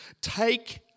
take